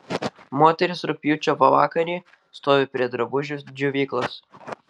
moteris rugpjūčio pavakarį stovi prie drabužių džiovyklos